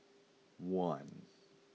one